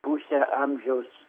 pusę amžiaus